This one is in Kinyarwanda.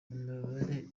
imibare